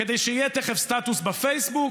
כדי שיהיה תכף סטטוס בפייסבוק,